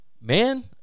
man